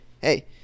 Hey